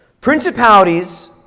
Principalities